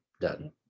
done